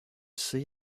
see